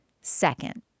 second